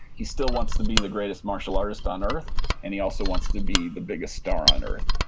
he still wants to be the greatest martial artist on earth and he also wants to be the biggest star on earth.